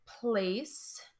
place